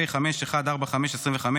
פ/5145/25,